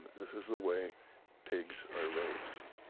this is the way pigs are raised